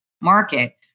market